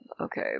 Okay